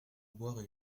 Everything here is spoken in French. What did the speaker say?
boire